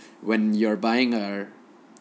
when you're buying a